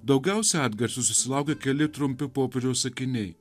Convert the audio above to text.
daugiausia atgarsių susilaukė keli trumpi popieriaus sakiniai